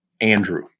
Andrew